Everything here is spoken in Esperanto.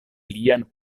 lian